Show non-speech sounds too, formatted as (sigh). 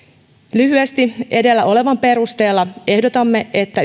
lyhyesti edellä olevan perusteella ehdotamme että (unintelligible)